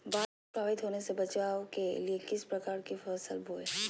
बाढ़ से प्रभावित होने से बचाव के लिए किस प्रकार की फसल बोए?